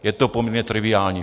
Je to poměrně triviální.